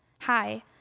Hi